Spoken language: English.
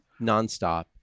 nonstop